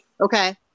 Okay